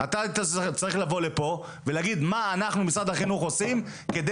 אתה צריך לבוא לפה ולהגיד מה אנחנו משרד החינוך עושים כדי